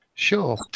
Sure